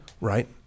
right